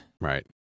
Right